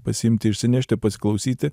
pasiimti išsinešti ar pasiklausyti